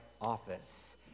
office